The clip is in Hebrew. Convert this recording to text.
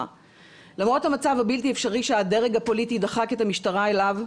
למרות המצב הבלתי אפשרי שהדרג הפוליטי דחק את המשטרה אליו,